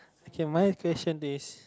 okay my question is